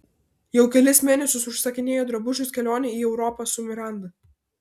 jau kelis mėnesius užsisakinėju drabužius kelionei į europą su miranda